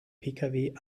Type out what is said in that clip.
pkw